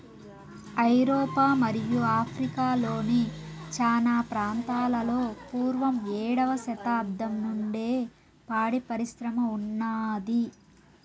ఐరోపా మరియు ఆఫ్రికా లోని చానా ప్రాంతాలలో పూర్వం ఏడవ శతాబ్దం నుండే పాడి పరిశ్రమ ఉన్నాది